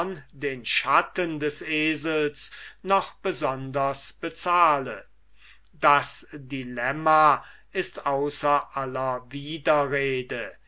den schatten des esels noch besonders bezahle das dilemma ist außer aller widerrede